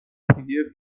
pdf